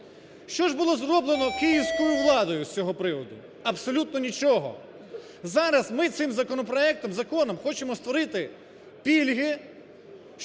Що ж було зроблено київською владою з цього приводу? Абсолютно нічого. Зараз ми цим законопроектом, законом хочемо створити пільги,